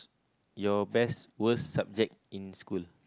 your best worst subject in school